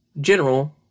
general